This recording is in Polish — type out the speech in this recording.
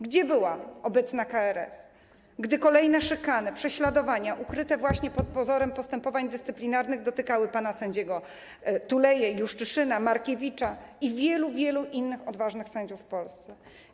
Gdzie była obecna KRS, gdy kolejne szykany, prześladowania, ukryte właśnie pod pozorem postępowań dyscyplinarnych, dotykały panów sędziów Tuleję, Juszczyszyna, Markiewicza i wielu, wielu innych odważnych sędziów w Polsce?